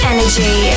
Energy